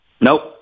Nope